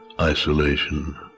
isolation